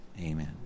Amen